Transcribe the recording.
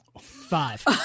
five